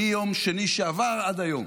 מיום שני שעבר עד היום,